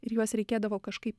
ir juos reikėdavo kažkaip